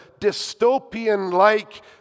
dystopian-like